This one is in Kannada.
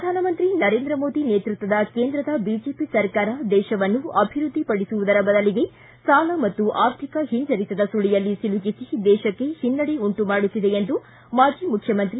ಪ್ರಧಾನಮಂತ್ರಿ ನರೇಂದ್ರ ಮೋದಿ ನೇತೃತ್ವದ ಕೇಂದ್ರದ ಬಿಜೆಪಿ ಸರ್ಕಾರ ದೇಶವನ್ನು ಅಭಿವೃದ್ಧಿ ಪಡಿಸುವುದರ ಬದಲಿಗೆ ಸಾಲ ಮತ್ತು ಆರ್ಥಿಕ ಹಿಂಜರಿತದ ಸುಳಿಯಲ್ಲಿ ಸಿಲುಕಿಸಿ ದೇಶಕ್ಕೆ ಹಿನ್ನಡೆ ಉಂಟು ಮಾಡುತ್ತಿದೆ ಎಂದು ಮಾಜಿ ಮುಖ್ಯಮಂತ್ರಿ